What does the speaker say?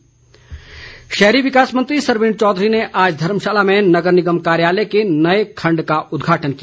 सरवीण चौधरी शहरी विकास मंत्री सरवीण चौधरी ने आज धर्मशाला में नगर निगम कार्यालय के नए खण्ड का उद्घाटन किया